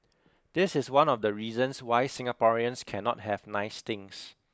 this is one of the reasons why Singaporeans cannot have nice things